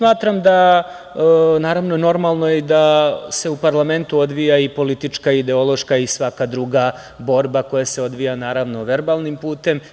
Normalno je da se u parlamentu odvija i politička, ideološka i svaka druga borba koja se odvija, naravno, verbalnim putem.